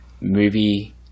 movie